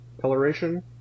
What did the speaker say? coloration